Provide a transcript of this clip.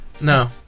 No